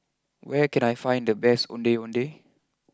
where can I find the best Ondeh Ondeh